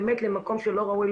באמת למקום שלא ראוי